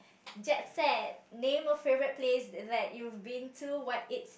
jet set name a favourite place that you have been to what its